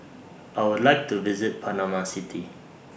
I Would like to visit Panama City